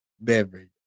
beverage